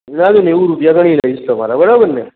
ના એટલે નેવું રૂપિયા લઈ લઈશ તમારા બરોબર ને